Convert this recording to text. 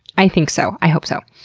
i think so, i hope so!